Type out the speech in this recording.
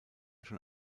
schon